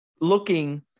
looking